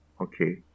Okay